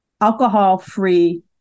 alcohol-free